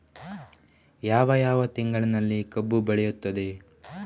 ಯಾವ ಯಾವ ತಿಂಗಳಿನಲ್ಲಿ ಕಬ್ಬು ಬೆಳೆಯುತ್ತದೆ?